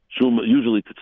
usually